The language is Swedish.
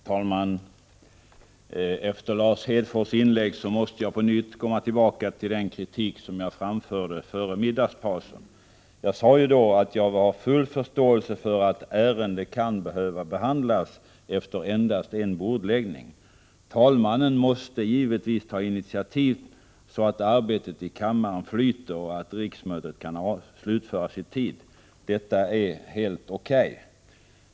Herr talman! Efter Lars Hedfors inlägg måste jag komma tillbaka till den kritik som jag framförde före middagspausen. Jag sade då att jag har full förståelse för att ärenden kan behöva behandlas i kammaren efter endast en bordläggning. Talmannen måste givetvis ta initiativ, så att arbetet i kammaren flyter och riksmötet kan avslutas i tid — det är helt O. K.